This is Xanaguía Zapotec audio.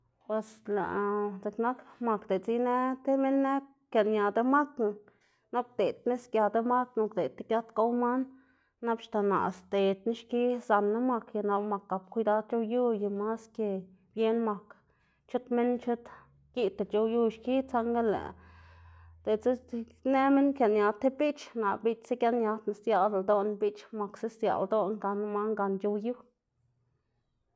Bos lëꞌ dziꞌk nak mak diꞌltsa inë tib minn inë kiaꞌnña demakná, nap kwdeꞌd nis gia demakná kwdeꞌd ti giat gow man, nap axta naꞌ sdedná xki zanná mak y nap lëꞌ mak gap kwidad c̲h̲ow yu y mas ke bien mak chut minn chut giꞌdta c̲h̲ow yu xki, saꞌnga lëꞌ diꞌltsa inë minn kiaꞌña tib biꞌch, naꞌ biꞌchsa giaꞌnñadná sdziaꞌlda ldoꞌná biꞌch maksa sdziaꞌl ldoꞌná gan man gan c̲h̲ow yu.